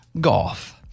golf